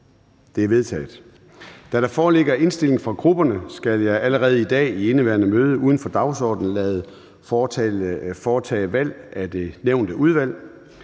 Det er vedtaget. Da der foreligger indstilling fra grupperne, skal jeg allerede i dag i indeværende møde uden for dagsordenen foretage valg af det nævnte udvalg.